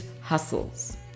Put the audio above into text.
hustles